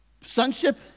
Sonship